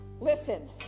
listen